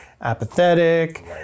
apathetic